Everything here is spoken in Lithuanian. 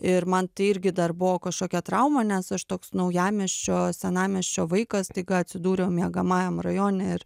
ir man tai irgi dar buvo kašokia trauma nes aš toks naujamiesčio senamiesčio vaikas staiga atsidūriau miegamajam rajone ir